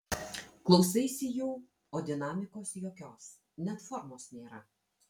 klausaisi jų o dinamikos jokios net formos nėra